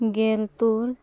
ᱜᱮᱞ ᱛᱩᱨ